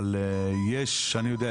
אבל אני יודע,